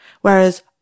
whereas